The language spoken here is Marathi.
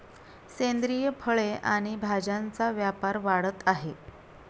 सेंद्रिय फळे आणि भाज्यांचा व्यापार वाढत आहे